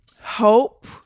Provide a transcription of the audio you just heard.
hope